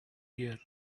here